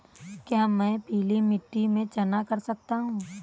क्या मैं पीली मिट्टी में चना कर सकता हूँ?